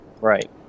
Right